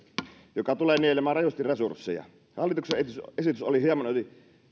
joka tulee nielemään rajusti resursseja hallituksen esitys esitys oli hieman yli